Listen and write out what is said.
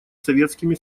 советскими